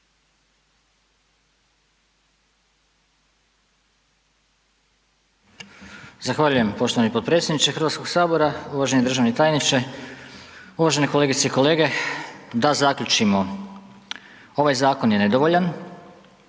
Zahvaljujem poštovani potpredsjedniče HS, uvaženi državni tajniče, uvažene kolegice i kolege. Da zaključimo, ovaj zakon je nedovoljan,